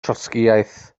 trotscïaeth